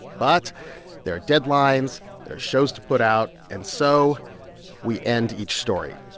but there are deadlines. there shows to put out. and so we end each story.